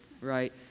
right